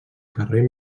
carrer